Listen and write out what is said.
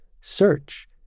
search